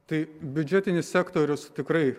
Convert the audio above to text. tai biudžetinis sektorius tikrai